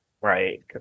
right